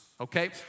okay